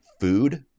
food